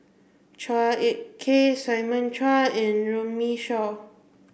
Chua Ek Kay Simon Chua and Runme Shaw